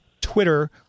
Twitter